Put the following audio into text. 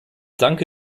danke